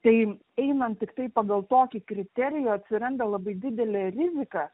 tai einant tiktai pagal tokį kriterijų atsiranda labai didelė rizika